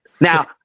now